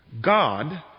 God